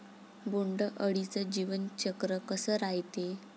बोंड अळीचं जीवनचक्र कस रायते?